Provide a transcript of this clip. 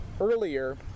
earlier